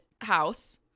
house